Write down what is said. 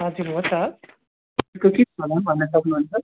हजुर हो त भन्न सक्नु हुन्छ